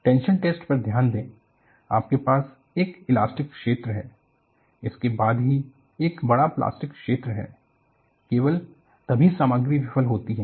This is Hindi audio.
टेंशन टेस्ट पर ध्यान दे आपके पास एक इलास्टिक क्षेत्र है इसके बाद ही एक बड़ा प्लास्टिक क्षेत्र है केवल तभी सामग्री विफल होती है